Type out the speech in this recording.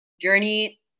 journey